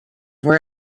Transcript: were